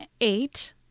Eight